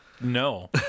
No